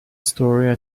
stories